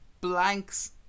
blanks